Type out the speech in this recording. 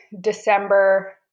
December